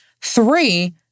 Three